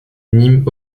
nîmes